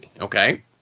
okay